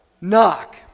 knock